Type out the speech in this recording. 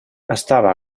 estava